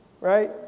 right